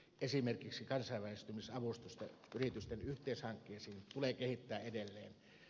esimerkiksi kansainvälistymisavustusta yritysten yhteishankkeisiin tulee kehittää edelleen